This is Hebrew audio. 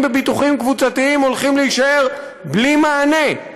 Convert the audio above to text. בביטוחים קבוצתיים הולכים להישאר בלי מענה.